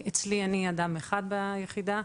אני אדם אחד ביחידה,